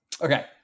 Okay